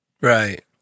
Right